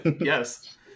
yes